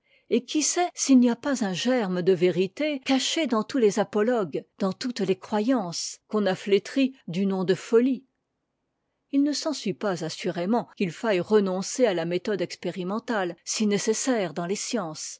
et qui sait s'il n'y a pas un germe de vérité caché dans tous les apologues dans toutes les croyances qu'on a flétris du nom de folie h ne s'ensuit pas assurément qu'il faille renoncer à la méthode expérimentale si nécessaire dans les sciences